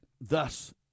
thus